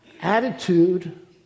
attitude